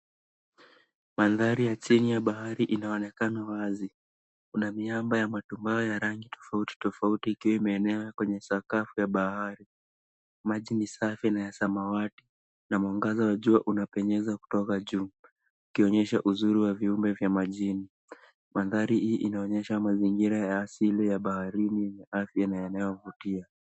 Mandhari ya chini ya bahari inaonekana wazi una miamba ya matumaini ya rangi tofauti tofauti maeneo kwenye sakafu ya bahari. Maji ni safi na ya samawati na mwangaza wa jua unapenyeza kutoka juu ukionyesha uzuri wa viumbe vya majini. Mandhari hii inaonyesha mazingira ya asili ya baharini ni afya na yanayovutia.